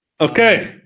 Okay